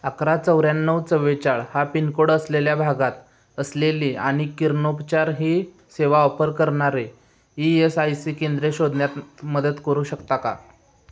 अकरा चौऱ्याण्णव चव्वेचाळीस हा पिन कोड असलेल्या भागात असलेली आणि किरणोपचार ही सेवा ऑफर करणारे ई एस आय सी केंद्रे शोधण्यात मदत करू शकता का